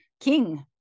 king